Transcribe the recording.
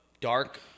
dark